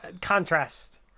Contrast